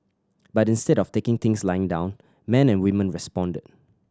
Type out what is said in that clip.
but instead of taking things lying down men and women responded